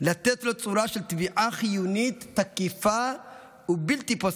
לתת לו צורה של תביעה חיונית תקיפה ובלתי פוסקת,